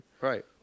Right